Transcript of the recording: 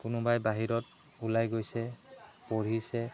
কোনোবাই বাহিৰত ওলাই গৈছে পঢ়িছে